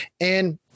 And-